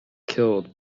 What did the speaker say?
killed